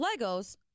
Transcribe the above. Legos